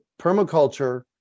permaculture